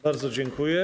Bardzo dziękuję.